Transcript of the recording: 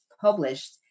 published